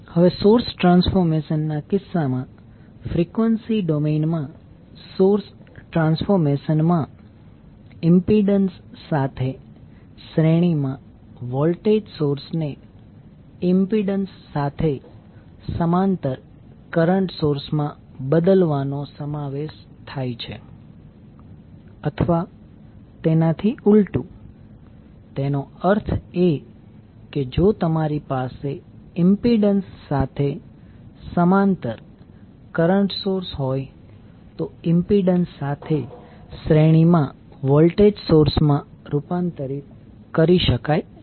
હવે source transformation નાં કિસ્સામાં ફ્રીક્વન્સી ડોમેઈન માં સોર્સ ટ્રાન્સફોર્મેશન માં ઇમ્પિડન્સ સાથે શ્રેણીમાં વોલ્ટેજ સોર્સને ઇમ્પિડન્સ સાથે સમાંતર કરંટ સોર્સમાં બદલવાનો સમાવેશ થાય છે અથવા તેનાથી ઉલટું એનો અર્થ એ કે જો તમારી પાસે ઇમ્પિડન્સ સાથે સમાંતર કરંટ સોર્સ હોય તો ઇમ્પિડન્સ સાથે શ્રેણીમાં વોલ્ટેજ સોર્સ માં રૂપાંતરિત કરી શકાય છે